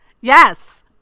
Yes